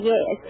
Yes